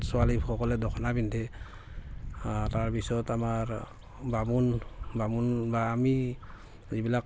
ছোৱালীসকলে দখনা পিন্ধে তাৰপিছত আমাৰ বামুণ বামুণ বা আমি যিবিলাক